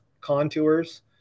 contours